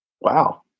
Wow